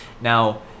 Now